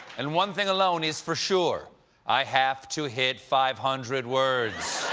and one thing alone is for sure i have to hit five hundred words